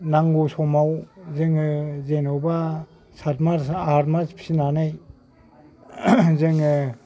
नांगौ समाव जोङो जेन'बा सारमास आरमास फिनानै जोङो